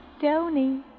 Tony